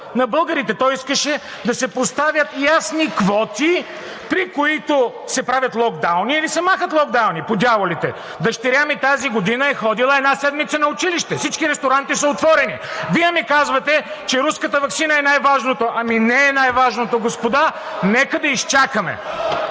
от ДБ.) Той искаше да се поставят ясни квоти, при които се правят локдауни или се махат локдауни, по дяволите! Дъщеря ми тази година е ходила една седмица на училище. Всички ресторанти са отворени! Вие ми казвате, че руската ваксина е най-важното. Ами не е най важното, господа. Нека да изчакаме.